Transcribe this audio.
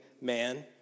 man